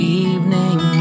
evening